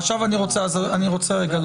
עכשיו אני רוצה רגע לומר.